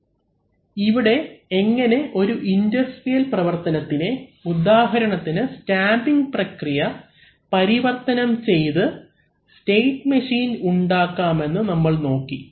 അവലംബിക്കുന്ന സ്ലൈഡ് സമയം 1545 ഇവിടെ എങ്ങനെ ഒരു ഇൻഡസ്ട്രിയൽ പ്രവർത്തനത്തിനെ ഉദാഹരണത്തിന് സ്റ്റാമ്പിങ് പ്രക്രിയ പരിവർത്തനം ചെയ്തു സ്റ്റേറ്റ് മെഷീൻ ഉണ്ടാക്കാമെന്ന് നമ്മൾ നോക്കി